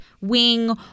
wing